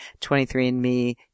23andMe